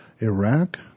Iraq